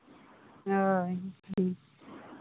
ᱦᱳᱭ ᱦᱮᱸ